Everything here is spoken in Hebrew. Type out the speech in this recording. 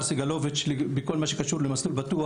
סגלוביץ' בכל מה שקשור ל"מסלול בטוח",